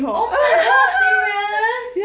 oh my god serious